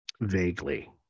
Vaguely